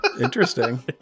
Interesting